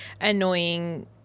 Annoying